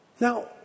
Now